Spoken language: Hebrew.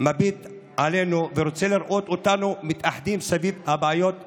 מביט עלינו ורוצה לראות אותנו מתאחדים סביב הבעיות האמיתיות,